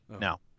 now